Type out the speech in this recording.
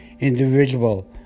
individual